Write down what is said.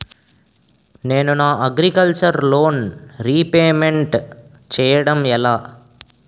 నేను నా agriculture loan repayment చేయడం ఎలా?